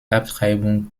abtreibung